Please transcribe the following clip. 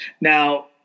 Now –